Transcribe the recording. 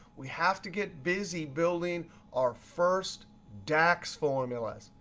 we have to get busy building our first dax formulas.